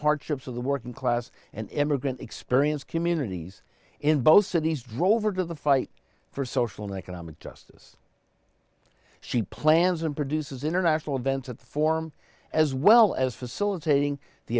hardships of the working class and immigrant experience communities in both cities drover to the fight for social economic justice she plans and produces international events at the form as well as facilitating the